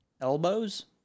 Elbows